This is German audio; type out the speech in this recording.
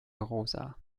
rosa